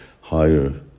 higher